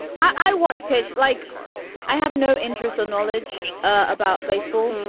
i watch pitch like i have no interest or knowledge about baseball.